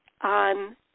on